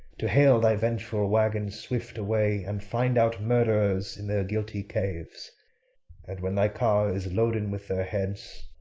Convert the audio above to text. to hale thy vengeful waggon swift away, and find out murderers in their guilty caves and when thy car is loaden with their heads,